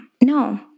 No